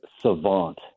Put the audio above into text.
savant